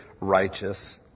righteous